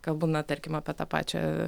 kalbu na tarkim apie tą pačią